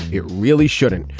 it really shouldn't.